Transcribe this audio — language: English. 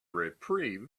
reprieve